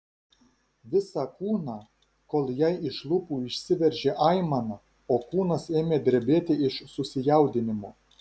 visą kūną kol jai iš lūpų išsiveržė aimana o kūnas ėmė drebėti iš susijaudinimo